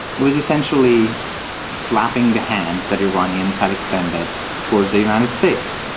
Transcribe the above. it was essentially slapping the hand that iranians had extended towards the united states.